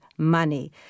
money